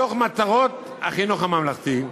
בתוך מטרות החינוך הממלכתי,